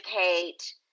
educate